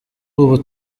ubu